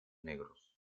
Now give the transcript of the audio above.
negros